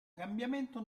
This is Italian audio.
cambiamento